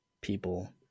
people